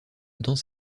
dans